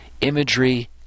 imagery